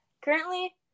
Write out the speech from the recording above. Currently